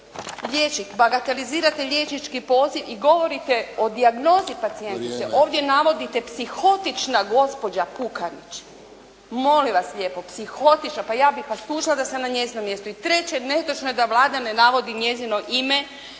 liječnik, bagatelizirate liječnički poziv i govorite o dijagnozi pacijentice, ovdje navodite psihotična gospođa Pukanić. Molim vas lijepo, psihotična, pa ja bih vas tužila da sam na njezinom mjestu. I treće netočno da Vlada ne navodi njezino ime,